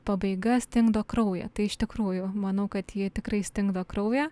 pabaiga stingdo kraują tai iš tikrųjų manau kad ji tikrai stingdo kraują